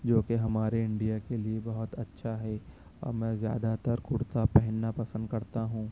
جو کہ ہمارے انڈیا کے لیے بہت اچھا ہے اور ميں زيادہ تر كُرتا پہننا پسند كرتا ہوں